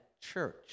church